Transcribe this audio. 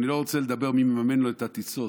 אני לא רוצה לומר מי מממן לו את הטיסות,